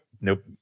nope